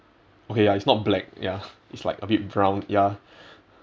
okay ya it's not black ya it's like a bit brown ya